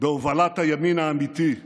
בהובלת הימין האמיתי,